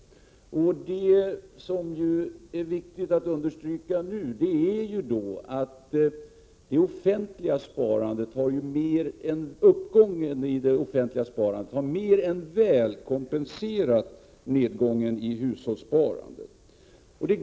Det som det nu är viktigt att understryka är att uppgången i det offentliga sparandet har mer än väl kompenserat nedgången i hushållssparandet.